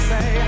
Say